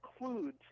includes